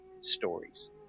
stories